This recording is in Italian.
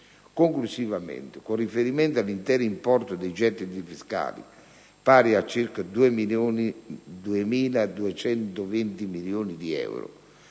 Conclusivamente, con riferimento all'intero importo dei gettiti fiscali, pari a circa 2.220 milioni di euro